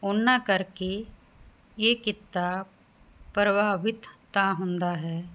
ਉਹਨਾਂ ਕਰਕੇ ਇਹ ਕਿੱਤਾ ਪ੍ਰਭਾਵਿਤ ਤਾਂ ਹੁੰਦਾ ਹੈ